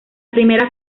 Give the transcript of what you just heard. primera